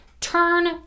Turn